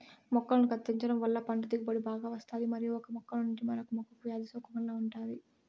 మొక్కలను కత్తిరించడం వలన పంట దిగుబడి బాగా వస్తాది మరియు ఒక మొక్క నుంచి మరొక మొక్కకు వ్యాధి సోకకుండా ఉంటాది